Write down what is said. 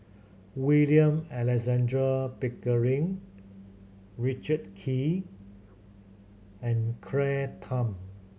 William Alexander Pickering Richard Kee and Claire Tham